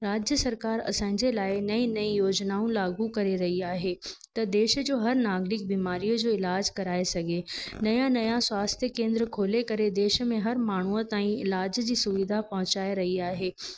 राज्य सरकार असांजे लाइ नई नई योजनाऊं लागू करे रही आहे त देश जो हर नागरिक बीमारीअ जो इलाज कराए सघे नया नया स्वास्थ केंद्र खोले करे देश में हर माण्हूअ ताईं इलाज जी सुविधा पहुचाए रही आहे